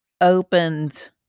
opened